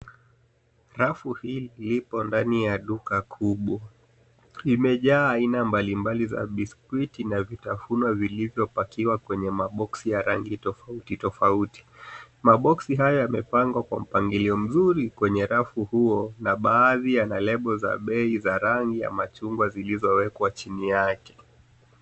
Rafu hii lipo ndani ya duka kubwa, limejaa aina mbalimbali za biskuti na vitafunwa vilivyopakiwa kwenye maboksi ya rangi tofauti tofauti. Maboksi haya yamepangwa kwa mpangilio mzuri kwenye rafu huo na baadhi ya maelezo za bei za rangi ya machungwa zilizowekwa chini yake.